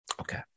Okay